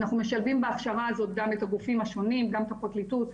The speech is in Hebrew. אנחנו משלבים בהכשרה הזאת גם את הגופים השונים: הפרקליטות,